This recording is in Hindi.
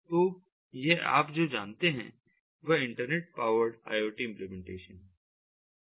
तो यह आप जो जानते हैं वह इंटरनेट पावर्ड IoT इम्प्लीमेंटेशन हैं